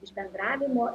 iš bendravimo